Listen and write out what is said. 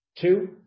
Two